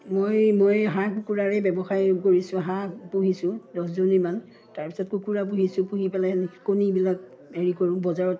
মই মই হাঁহ কুকুৰাৰে ব্যৱসায় কৰিছোঁ হাঁহ পুহিছোঁ দহজনীমান তাৰপিছত কুকুৰা পুহিছোঁ পুহি পেলাই সেই কণীবিলাক হেৰি কৰোঁ বজাৰত